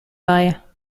bei